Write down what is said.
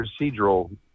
procedural